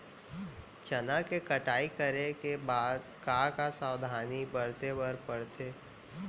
चना के कटाई करे के बाद का का सावधानी बरते बर परथे?